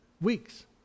weeks